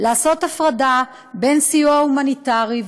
ולעשות הפרדה בין סיוע הומניטרי,